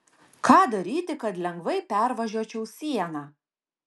ką daryti kad lengvai pervažiuočiau sieną